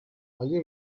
ali